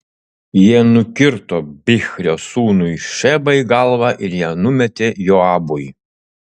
jie nukirto bichrio sūnui šebai galvą ir ją numetė joabui